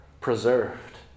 preserved